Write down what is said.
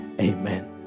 Amen